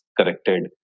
corrected